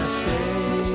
stay